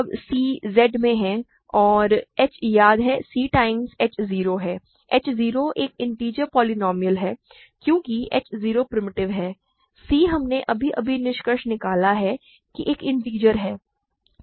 अब c Z में है और h याद है c टाइम्स h 0 है h 0 एक इन्टिजर पोलीनोमिअल है क्योंकि h 0 प्रिमिटिव है c हमने अभी अभी निष्कर्ष निकाला है कि एक इन्टिजर है